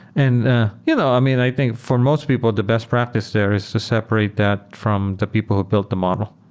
and you know i mean, i think for most people, the best practice there is to separate that from the people who build the model.